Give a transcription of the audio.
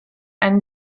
einen